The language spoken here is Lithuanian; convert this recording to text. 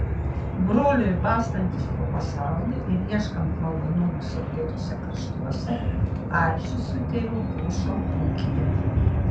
broliui bastantis po pasaulį ir ieškant malonumų saulėtuose kraštuose arčis su tėvu plušo ūkyje